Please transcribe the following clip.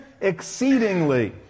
exceedingly